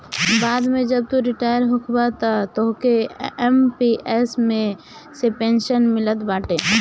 बाद में जब तू रिटायर होखबअ तअ तोहके एम.पी.एस मे से पेंशन मिलत बाटे